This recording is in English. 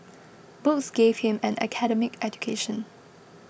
books gave him an academic education